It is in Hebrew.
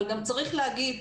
אבל צריך להגיד,